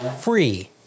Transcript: free